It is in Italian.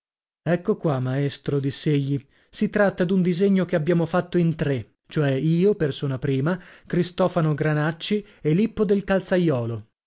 ecco qua maestro diss'egli si tratta d'un disegno che abbiamo fatto in tre cioè io persona prima cristofano granacci e lippo del calzaiolo ce